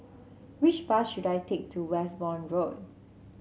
which bus should I take to Westbourne Road